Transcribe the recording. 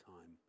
time